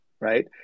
right